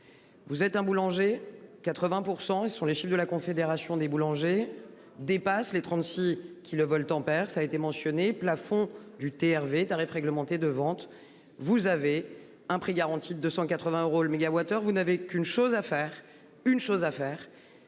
Vous êtes un boulanger 80% sont les chiffres de la Confédération des boulangers dépasse les 36 qui le VA ça été mentionné plafond du TRV tarif réglementé de vente. Vous avez un prix garanti de 180 euros le mégawattheure. Vous n'avez qu'une chose à faire une chose à faire.